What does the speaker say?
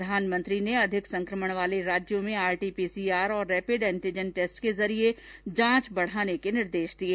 प्रधानमंत्री ने अधिक संकमण वाले राज्यों में आटीपीसीआर और रेपिड एंटीजन टेस्ट के जरिये जांच बढाने के निर्देश दिये